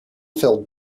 filled